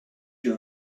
you